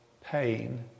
pain